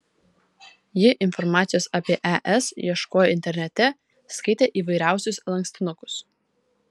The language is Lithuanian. ji informacijos apie es ieškojo internete skaitė įvairiausius lankstinukus